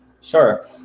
Sure